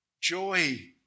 joy